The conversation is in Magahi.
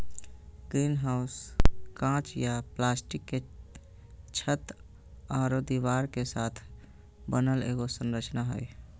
ग्रीनहाउस काँच या प्लास्टिक के छत आरो दीवार के साथ बनल एगो संरचना हइ